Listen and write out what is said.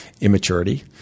immaturity